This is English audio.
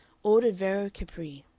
ordered vero capri.